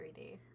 3d